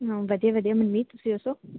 ਹਾਂ ਵਧੀਆ ਵਧੀਆ ਮਨਦੀਪ ਤੁਸੀਂ ਦੱਸੋ